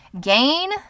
gain